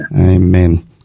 Amen